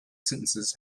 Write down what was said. sentences